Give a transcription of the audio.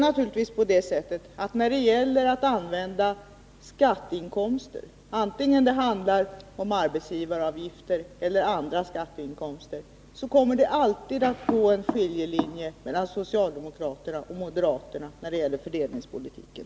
När det gäller att använda skatteinkomster, vare sig det handlar om arbetsgivaravgifter eller andra skatteinkomster, kommer det alltid att gå en skiljelinje mellan socialdemokraterna och moderaterna beträffande fördelningspolitiken.